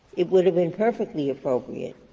it would have been perfectly appropriate.